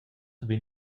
vegn